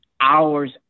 hours